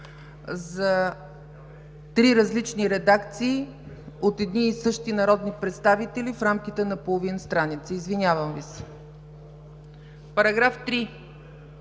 за три различни редакции, от едни и същи народни представители, в рамките на половин страница. Извинявам Ви се. Параграф 3,